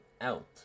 out